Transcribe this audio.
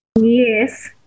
Yes